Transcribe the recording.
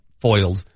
foiled